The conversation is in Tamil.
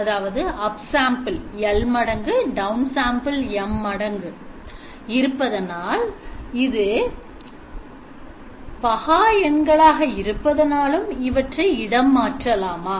அதாவதுup sample L மடங்கு down sample M மடங்கு இருப்பதனாலும் இது மிகா எண்களாக இருப்பதனாலும் இவற்றை இடம் மாற்றலாமா